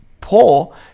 poor